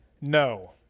no